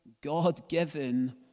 God-given